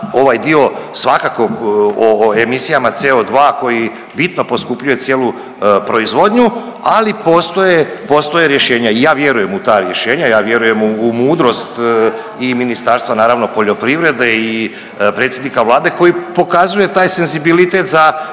Ovaj dio svakako o emisijama CO2 koji bitno poskupljuje cijelu proizvodnju, ali postoje, postoje rješenja. I ja vjerujem u ta rješenja. Ja vjerujem u mudrost i ministarstva naravno poljoprivrede i predsjednika vlade koji pokazuje taj senzibilitet za